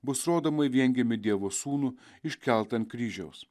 bus rodoma į viengimį dievo sūnų iškeltą ant kryžiaus